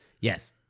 Yes